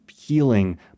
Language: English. healing